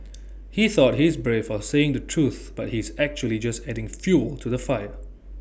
he thought he is brave for saying the truth but he is actually just adding fuel to the fire